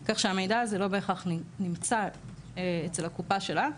כך שהמידע הזה לא בהכרח נמצא אצל הקופה שלה.